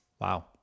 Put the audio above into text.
Wow